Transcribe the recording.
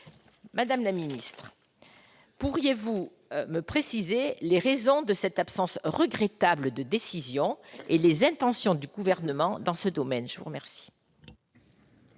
Madame la secrétaire d'État, pourriez-vous me préciser les raisons de cette absence regrettable de décision et les intentions du Gouvernement dans ce domaine ? La parole